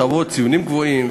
הציונים גבוהים,